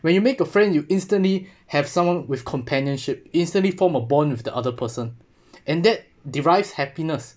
when you make a friend you instantly have someone with companionship instantly form a bond with the other person and that derive happiness